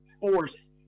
force